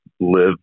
live